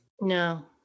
No